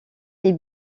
est